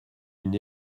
une